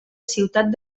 ciutat